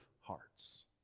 hearts